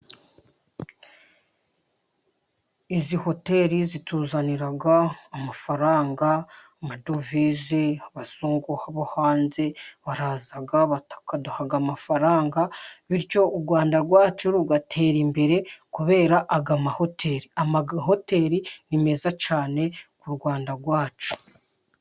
Izi hoteri zituzanira amafaranga， amadovize， abazungu bo hanze baraza bakaduha amafaranga， bityo u Rwanda rwacu rugatera imbere， kubera aya mahoteri. Aya mahoteri ni meza cyane ku Rwanda rwacu.